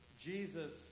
Jesus